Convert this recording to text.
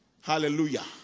Hallelujah